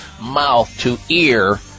mouth-to-ear